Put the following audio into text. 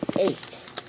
eight